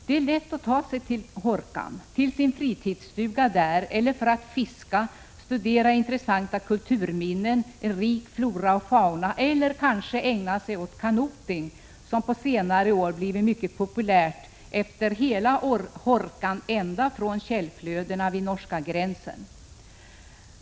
Det är lätt att ta sig till Hårkan, till sin fritidsstuga där eller för att t.ex. fiska, studera intressanta kulturminnen eller en rik flora och fauna eller kanske ägna sig åt kanoting, som på senare år blivit mycket populärt efter hela Hårkan, ända från källflödena vid norska gränsen.